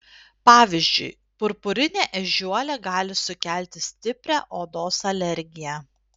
pavyzdžiui purpurinė ežiuolė gali sukelti stiprią odos alergiją